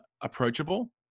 approachable